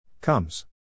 Comes